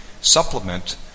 supplement